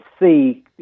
see